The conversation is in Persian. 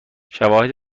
شواهد